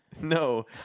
No